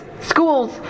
schools